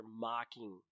mocking